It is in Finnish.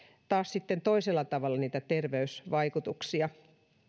taas sitten toisella tavalla niitä terveysvaikutuksia